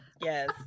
Yes